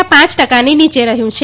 ના ાંચ ટકાની નીચે રહ્યું છે